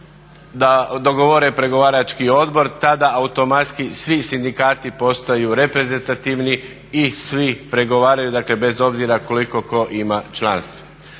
dogovore pregovarački odbor tada automatski svi sindikati postaju reprezentativni i svi pregovaraju, dakle bez obzira koliko tko ima članstva.